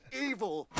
evil